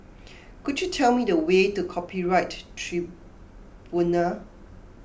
could you tell me the way to Copyright Tribunal